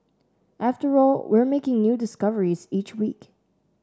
after all we're making new discoveries each week